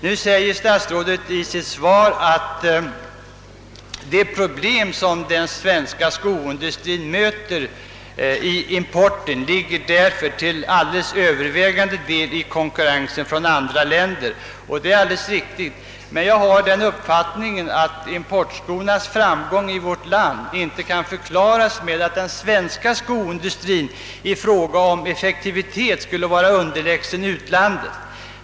Nu säger statsrådet i sitt svar, att de problem som den svenska skoindustrin möter i importen till alldeles övervägande del ligger i konkurrensen från andra länder, och det är alldeles riktigt. Men jag har den uppfattningen att importskornas framgång i vårt land inte kan förklaras med att den svenska skoindustrin i fråga om effektivitet skulle vara underlägsen den utländska.